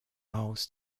miles